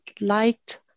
liked